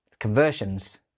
Conversions